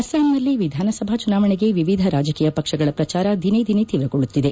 ಅಸ್ಲಾಂನಲ್ಲಿ ವಿಧಾನಸಭಾ ಚುನಾವಣೆಗೆ ವಿವಿಧ ರಾಜಕೀಯ ಪಕ್ಷಗಳ ಪ್ರಜಾರ ದಿನೇ ದಿನೆ ತೀವ್ರಗೊಳ್ಳುತ್ತಿದೆ